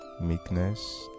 meekness